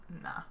Nah